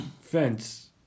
fence